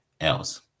else